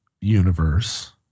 universe